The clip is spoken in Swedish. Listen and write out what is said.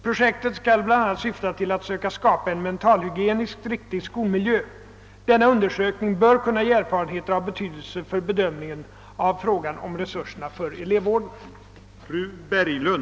Projektet skall bl.a. syfta till att söka skapa en mentalhygieniskt riktig skolmiljö. Denna undersökning bör kunna ge erfarenheter av betydelse för bedömningen av frågan om resurserna för elevvården.